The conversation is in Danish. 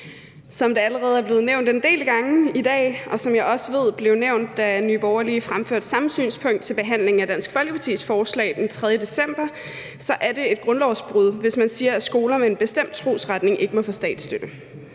Som det allerede er blevet nævnt en del gange i dag, og som jeg også ved det blev nævnt, da Nye Borgerlige fremførte det samme synspunkt til behandlingen af Dansk Folkepartis forslag den 3. december, så er det et grundlovsbrud, hvis man siger, at skoler med en bestemt trosretning ikke må få statsstøtte.